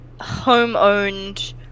home-owned